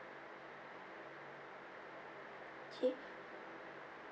okay